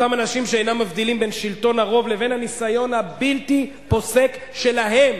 אותם אנשים שאינם מבדילים בין שלטון הרוב לבין הניסיון הבלתי פוסק שלהם